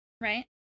right